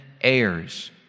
heirs